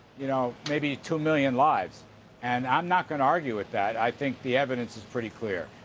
you know, maybe two million lives and i'm not going to argue with that. i think the evidence is pretty clear.